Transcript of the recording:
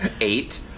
eight